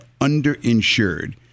underinsured